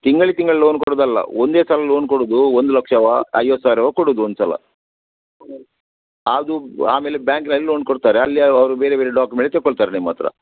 ತಿಂಗಳು ತಿಂಗಳು ಲೋನ್ ಕೊಡೋದಲ್ಲ ಒಂದೇ ಸಲ ಲೋನ್ ಕೊಡೋದು ಒಂದು ಲಕ್ಷವಾ ಐವತ್ತು ಸಾವಿರವಾ ಕೊಡುದು ಒಂದು ಸಲ ಅದು ಆಮೇಲೆ ಬ್ಯಾಂಕ್ನಲ್ಲಿ ಲೋನ್ ಕೊಡ್ತಾರೆ ಅಲ್ಲಿ ಅವರು ಬೇರೆ ಬೇರೆ ಡಾಕ್ಯುಮೆಂಟ್ ತೆಕೊಳ್ತಾರೆ ನಿಮ್ಮ ಹತ್ರ